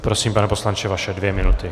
Prosím, pane poslanče, vaše dvě minuty.